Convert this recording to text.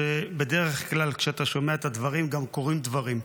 שבדרך כלל, כשאתה שומע את הדברים גם קורים דברים.